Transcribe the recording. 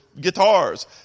guitars